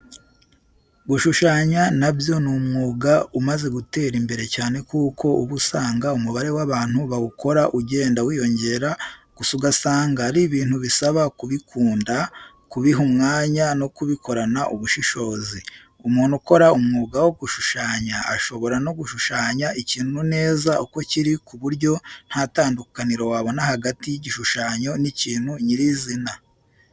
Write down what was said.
Gushushanya nabyo ni umwuga umaze gutera imbere cyane kuko uba usanga umubare w'abantu bawukora ugenda wiyongera gusa ugasanga ari ibintu bisaba kubikunda, kubiha umwanya no kubikorana ubushishozi. Umuntu ukora umwuga wo gushushanya ashobora no gushushanya ikintu neza uko kiri kuburyo nta tandukaniro wabona hagati yigishushanyo n'ikintu nyirizina.